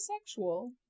sexual